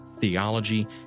theology